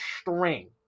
string